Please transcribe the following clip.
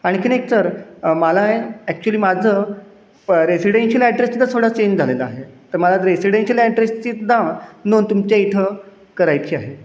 आणखीन एक सर मला ॲक्चुअली माझं रेसिडेन्शियल ॲड्रेस तिथं थोडा चेंज झालेला आहे तर मला रेसिडेन्शियल ॲड्रेसची सुद्धा नोंद तुमच्या इथं करायची आहे